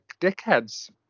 dickheads